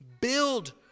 build